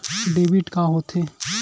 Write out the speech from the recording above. Debit का होथे?